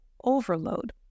overload